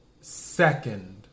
second